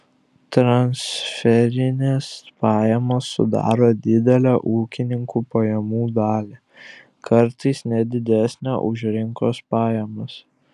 transferinės pajamos sudaro didelę ūkininkų pajamų dalį kartais net didesnę už rinkos pajamas